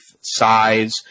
size